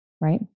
Right